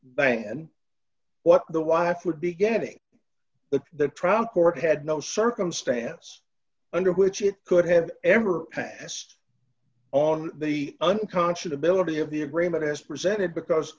than what the wife would be getting that the trial court had no circumstance under which it could have ever passed on the unconscious ability of the agreement as presented because